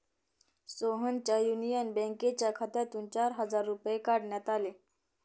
सोहनच्या युनियन बँकेच्या खात्यातून चार हजार रुपये काढण्यात आले